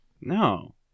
no